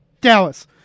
Dallas